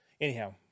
anyhow